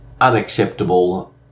unacceptable